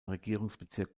regierungsbezirk